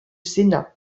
sénat